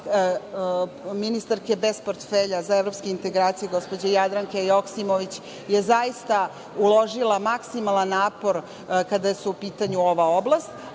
ministarke bez portfelja za evropske integracije, gospođe Jadranke Joksimović, je zaista uložila maksimalan napor kada je u pitanju ova oblast,